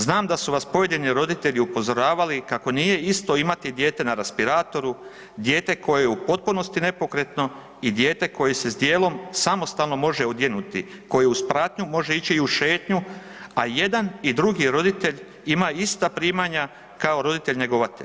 Znam da su vas pojedini roditelji upozoravali kako nije isto imati dijete na respiratoru, dijete koje je u potpunosti nepokretno i dijete koje se djelom samostalno može odjenuti, koje uz pratnju može ići i u šetnju a i jedan i drugi roditelj ima ista primanja kao roditelj njegovatelj.